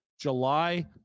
July